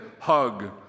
hug